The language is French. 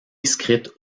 inscrite